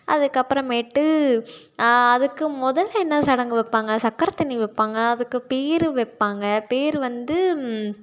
அதுக்கப்பறமேட்டு அதுக்கு முதல்ல என்ன சடங்கு வைப்பாங்க சக்கரை தண்ணி வைப்பாங்க அதுக்கு பேர் வைப்பாங்க பேரு வந்து